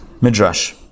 Midrash